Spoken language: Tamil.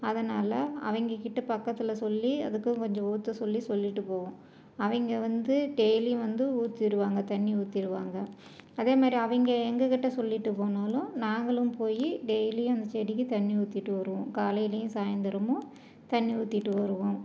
அதனால் அவங்கக் கிட்டே பக்கத்தில் சொல்லி அதுக்கும் கொஞ்சம் ஊற்ற சொல்லி சொல்லிவிட்டு போவோம் அவங்க வந்து டெய்லியும் வந்து ஊற்றிருவாங்க தண்ணி ஊற்றிருவாங்க அதேமாரி அவங்க எங்கள் கிட்டே சொல்லிவிட்டு போனாலும் நாங்களும் போய் டெய்லியும் அந்த செடிக்கு தண்ணி ஊற்றிட்டு வருவோம் காலையிலேயும் சாய்ந்திரமும் தண்ணி ஊற்றிட்டு வருவோம்